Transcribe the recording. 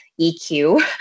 EQ